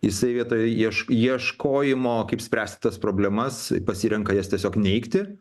jisai vietoj ieš ieškojimo kaip spręsti tas problemas pasirenka jas tiesiog neigti